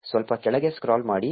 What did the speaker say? ಸ್ವಲ್ಪ ಕೆಳಗೆ ಸ್ಕ್ರಾಲ್ ಮಾಡಿ